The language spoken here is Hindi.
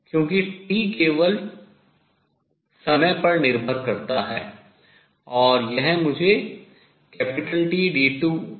क्योंकि t केवल समय पर निर्भर करता है और यह मुझे Td2Xdx22v2XT0 देता है